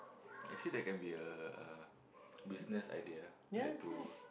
actually that can be a uh business idea like to